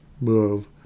move